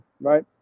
right